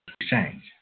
exchange